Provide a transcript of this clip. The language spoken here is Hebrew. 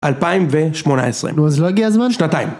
2018. - נו, אז לא הגיע הזמן? - שנתיים.